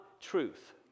truth